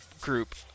group